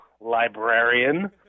librarian